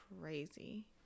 crazy